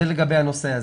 זה לגבי הנושא הזה.